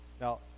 Now